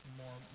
more